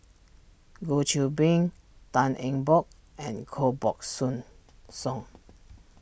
Goh Qiu Bin Tan Eng Bock and Koh Buck Song